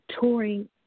Touring